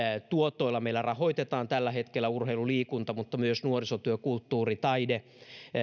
tuotoilla meillä rahoitetaan tällä hetkellä urheilu liikunta mutta myös nuorisotyö kulttuuri taide